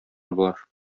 болар